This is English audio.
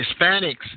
Hispanics